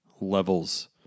levels